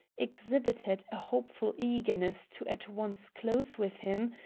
exhibited a hopeful eagerness to at once close with him,